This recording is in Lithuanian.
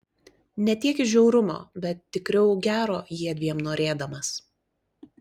ne tiek iš žiaurumo bet tikriau gero jiedviem norėdamas